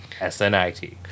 s-n-i-t